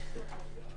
הבחירות.